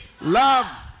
love